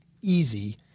easy